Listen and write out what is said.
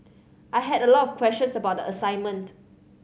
I had a lot of questions about the assignment